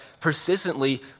persistently